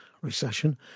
Recession